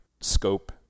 scope